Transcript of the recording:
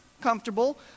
comfortable